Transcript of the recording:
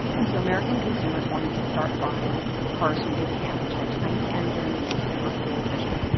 and so american consumers wanted to start buying cars from japan which had tiny engines and were super fuel efficient.